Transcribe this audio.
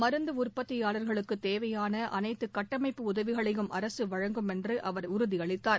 மருந்து உற்பத்தியாளர்களுக்கு தேவையான அனைத்து கட்டமைப்பு உதவிகளையும் அரசு வழங்கும் என்று அவர் உறுதியளித்தார்